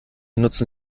nutzen